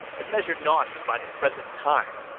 that measure naught but by the present time.